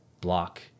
block